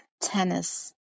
tennis